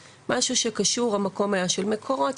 משהו שקשור לזה שהמקום היה של מקורות,